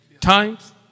Times